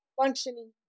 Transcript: functioning